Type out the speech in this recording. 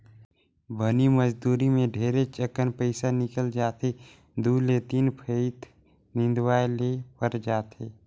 बनी मजदुरी मे ढेरेच अकन पइसा निकल जाथे दु ले तीन फंइत निंदवाये ले पर जाथे